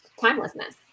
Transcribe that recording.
timelessness